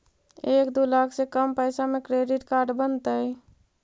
एक दू लाख से कम पैसा में क्रेडिट कार्ड बनतैय?